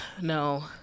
no